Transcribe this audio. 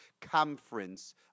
Conference